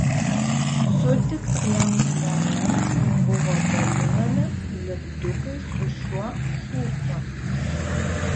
sutiktiems žmonėms buvo dalinami lipdukai su šiuo šūkiu